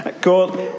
God